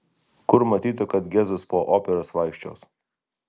kur matyta kad gezas po operas vaikščios